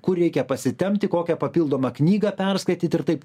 kur reikia pasitempti kokią papildomą knygą perskaityt ir taip